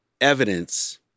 evidence